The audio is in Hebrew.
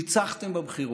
ניצחתם בבחירות,